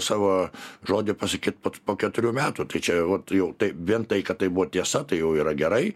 savo žodį pasakyt pot po keturių metų tai čia vat jau vien tai kad tai buvo tiesa tai jau yra gerai